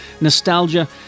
nostalgia